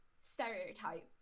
stereotype